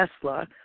Tesla